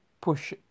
push